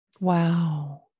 Wow